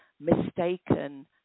mistaken